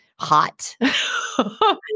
Hot